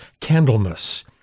Candlemas